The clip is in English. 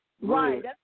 Right